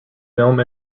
film